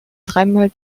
dreimal